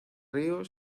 río